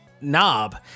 knob